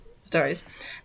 stories